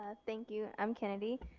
ah thank you. i'm kennadi